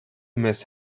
miss